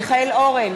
מיכאל אורן,